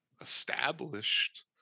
established